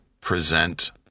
present